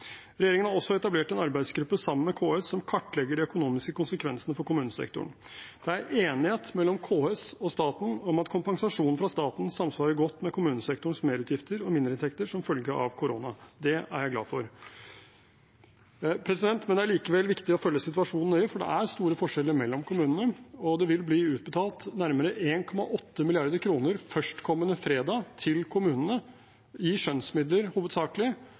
Regjeringen har også etablert en arbeidsgruppe med KS som kartlegger de økonomiske konsekvensene for kommunesektoren. Det er enighet mellom KS og staten om at kompensasjonen fra staten samsvarer godt med kommunesektorens merutgifter og mindreinntekter som følge av korona. Det er jeg glad for. Det er likevel viktig å følge situasjonen nøye, for det er store forskjeller mellom kommunene. Det vil bli utbetalt nærmere 1,8 mrd. kr førstkommende fredag til kommunene, hovedsakelig i skjønnsmidler,